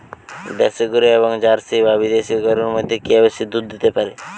দেশী গরু এবং জার্সি বা বিদেশি গরু মধ্যে কে বেশি দুধ দিতে পারে?